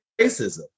racism